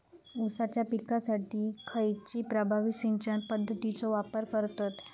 ऊसाच्या पिकासाठी खैयची प्रभावी सिंचन पद्धताचो वापर करतत?